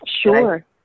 Sure